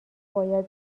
باید